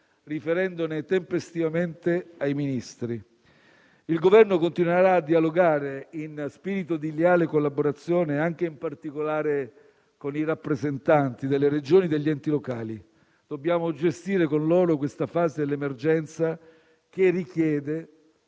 riferendone tempestivamente ai Ministri. Il Governo continuerà a dialogare in spirito di leale collaborazione anche e in particolare con i rappresentanti delle Regioni e degli enti locali. Dobbiamo gestire con loro questa fase dell'emergenza che richiede,